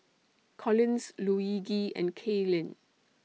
Collins Luigi and Kaylin